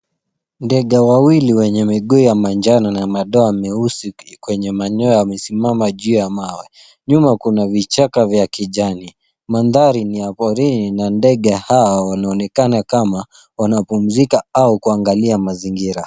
Ndege wawili wenye miguu ya manjano na madoa meusi kwenye manyoya wamesimama juu ya mawe. Nyuma kuna vichaka vya kijani. Mandhari ni ya porini na ndege hao wanaonekana kama wanapumzika au kuangalia mazingira.